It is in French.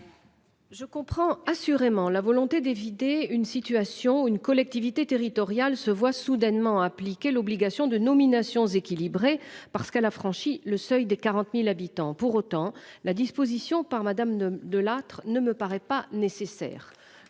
Je comprends assurément la volonté d'éviter une situation une collectivité territoriale se voit soudainement appliqué l'obligation de nominations équilibrées parce qu'elle a franchi le seuil des 40.000 habitants. Pour autant, la disposition par madame de de Lattre, ne me paraît pas nécessaire.